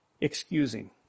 excusing